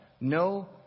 No